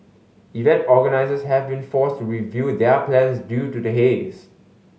event organisers have been forced to review their plans due to the haze